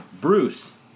Bruce